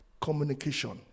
communication